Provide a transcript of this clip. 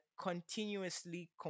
continuously